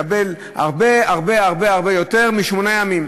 ונקבל הרבה הרבה יותר משמונה ימים,